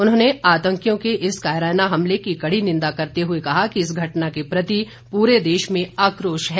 उन्होंने आतंकियों के इस कायराना हमले की कड़ी निंदा करते हुए कहा कि इस घटना के प्रति पूरे देश में आक्रोश है